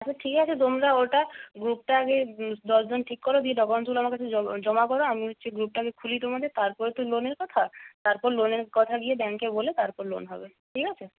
আচ্ছা ঠিক আছে তোমরা ওটা গ্রুপটা আগে দশজন ঠিক করো দিয়ে ডকুমেন্টসগুলো আমার কাছে জমা করো আমি হচ্ছে গ্রুপটা আগে খুলি তোমাদের তারপর তো লোনের কথা তারপর লোনের কথা গিয়ে ব্যাঙ্কে বলে তারপর লোন হবে ঠিক আছে